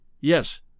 Yes